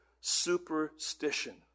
superstition